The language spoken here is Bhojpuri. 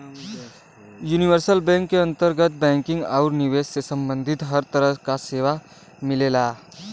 यूनिवर्सल बैंक क अंतर्गत बैंकिंग आउर निवेश से सम्बंधित हर तरह क सेवा मिलला